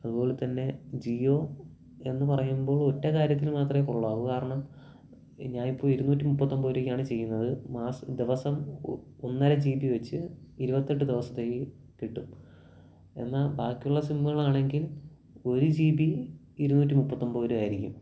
അതുപോലെത്തന്നെ ജിയോ എന്ന് പറയുമ്പോൾ ഒറ്റ കാര്യത്തില് മാത്രമേ കൊള്ളാവൂ കാരണം ഞാന് ഇപ്പോള് ഇരുന്നൂറ്റി മുപ്പത്തൊമ്പത് രൂപയ്ക്കാണ് ചെയ്യുന്നത് മാസം ദിവസം ഒന്നര ജീ ബി വച്ച് ഇരുപത്തിയെട്ട് ദിവസത്തേക്ക് കിട്ടും എന്നാല് ബാക്കിയുള്ള സിമ്മുകൾ ആണെങ്കിൽ ഒരു ജി ബി ഇരുന്നൂറ്റി മുപ്പത്തൊൻപത് രൂപ ആയിരിക്കും